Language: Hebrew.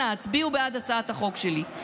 אנא, הצביעו בעד הצעת החוק שלי.